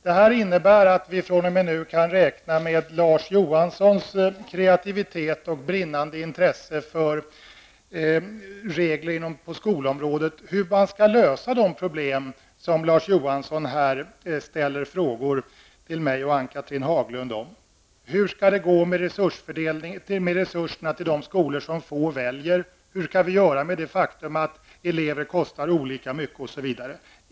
Det innebär att vi fr.o.m. nu kan räkna med Larz Johanssons kreativitet och brinnande intresse för regler inom skolområdet och hur sådana problem skall kunna lösas som Larz Johansson ställde frågor till mig och Ann-Cathrine Haglund om. Hur skall det gå med resurserna till de skolor som få väljer? Vad skall vi göra åt det faktum att elever kostar olika mycket osv.?